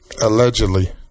Allegedly